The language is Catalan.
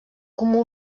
comú